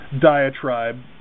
diatribe